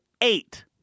eight